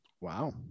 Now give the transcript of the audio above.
Wow